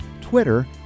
Twitter